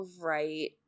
right